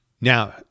now